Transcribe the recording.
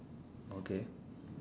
okay